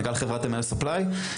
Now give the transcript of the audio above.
מנכ"ל חברת אמ.אי.אל סופליי,